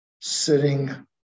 sitting